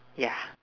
yeah